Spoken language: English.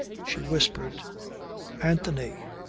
she whispered anthony.